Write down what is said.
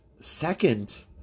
Second